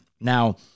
Now